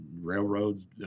Railroads